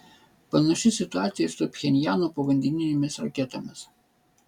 panaši situacija ir su pchenjano povandeninėmis raketomis